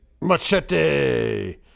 Machete